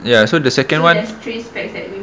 ya so the second one